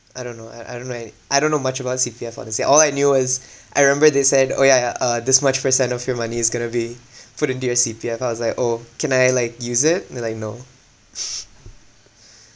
I don't know I I don't know any I don't know much about C_P_F I would say all I knew is I remember they said oh ya ya uh this much percent of your money is going to be put into your C_P_F I was like oh can I like use it then like no